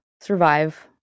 Survive